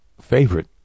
favorite